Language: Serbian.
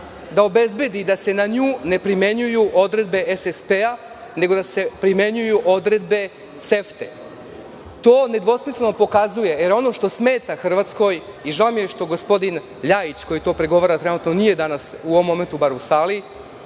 da obezbedi da se na nju ne primenjuju odredbe SSP, nego da se primenjuju odredbe CEFTA. To nedvosmisleno pokazuje, jer ono što smeta Hrvatskoj… Žao mi je što gospodin Ljajić, koji to pregovara, nije u ovom momentu u sali.